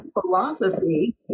philosophy